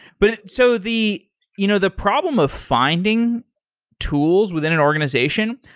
but so, the you know the problem of finding tools within an organization,